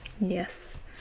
Yes